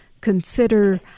consider